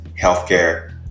healthcare